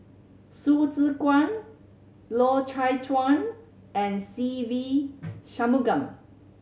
Hsu Tse Kwang Loy Chye Chuan and Se Ve Shanmugam